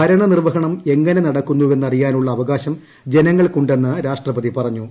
ഭരണനിർവ്വഹണം എങ്ങനെ നടക്കുന്നു എന്ന് അറിയാനുള്ള അവകാശം ജനങ്ങൾക്കുണ്ടെന്ന് രാഷ്ട്രപതി പറഞ്ഞു